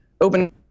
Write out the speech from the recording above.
open